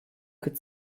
could